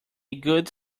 good